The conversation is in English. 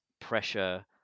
pressure